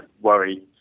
worry